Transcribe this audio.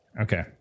Okay